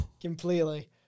Completely